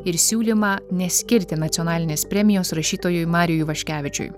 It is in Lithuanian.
ir siūlymą neskirti nacionalinės premijos rašytojui mariui ivaškevičiui